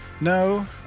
No